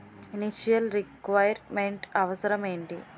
Initial requirement అవసరం ఎంటి?